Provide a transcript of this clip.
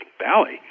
Valley